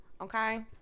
Okay